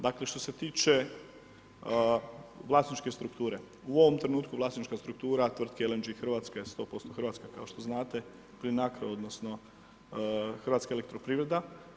Dakle što se tiče vlasničke strukture, u ovom trenutku vlasnička struktura tvrtke LNG Hrvatska je 100% Hrvatska kao što znate, Plinacro, odnosno Hrvatska elektroprivreda.